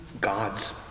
God's